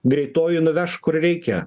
greitoji nuveš kur reikia